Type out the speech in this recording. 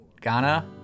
Ghana